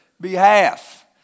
behalf